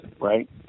Right